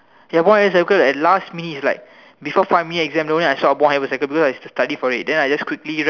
ya the point is ah because at last minute is like before five minute exam I short of because I study for it then I just quickly write